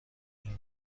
این